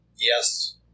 Yes